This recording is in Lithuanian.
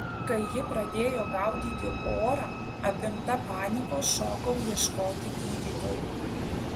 kai ji pradėjo gaudyti orą apimta panikos šokau ieškoti gydytojų